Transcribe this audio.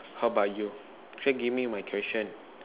how about you first give me my question